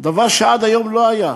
דבר שעד היום לא היה.